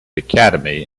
academy